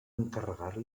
encarregar